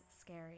scary